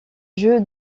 jeu